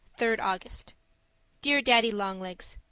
third august dear daddy-long-legs,